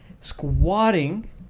squatting